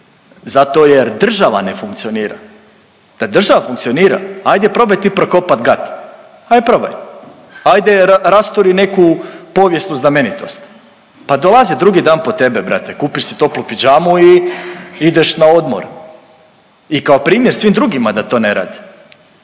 zato jer država ne funkcionira, da država funkcionira ajde probaj ti prokopa gat, aj probaj. Ajde rasturi neku povijesnu znamenitost pa dolaze drugi dan po tebe brate, kupiš si toplu pidžamu i ideš na odmor i kao primjer svim drugima da to ne rade.